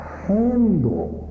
handle